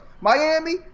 Miami